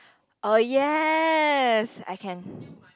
oh yes I can